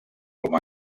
com